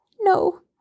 No